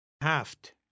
Haft